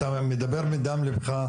אתה מדבר מדם ליבך,